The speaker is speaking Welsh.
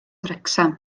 wrecsam